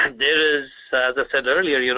and is, as i said earlier, you know